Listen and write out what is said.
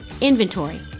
inventory